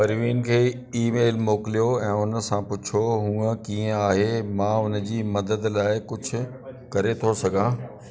प्रवीन खे email मोकिलियो ऐं हुन सां पुछो हूअ कीअं आहे मां हुनजी मदद लाइ कुझु करे थो सघां